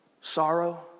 sorrow